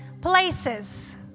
places